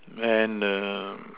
and err